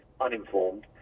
uninformed